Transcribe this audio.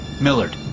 Millard